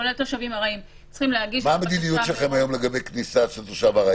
כולל תושבים ארעיים- - מה המדיניות שלכם היום לגבי כניסת תושב ארעי?